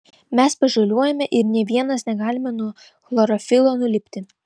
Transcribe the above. mes pažaliuojame ir nė vienas negalime nuo chlorofilo nulipti